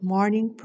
Morning